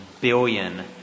billion